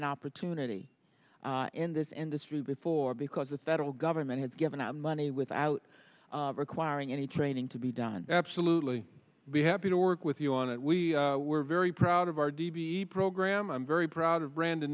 an opportunity in this industry before because the federal government has given out money without requiring any training to be done absolutely be happy to work with you on it we were very proud of our d v d program i'm very proud of brando